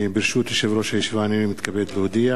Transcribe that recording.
ברשות יושב-ראש הישיבה, הנני מתכבד להודיע,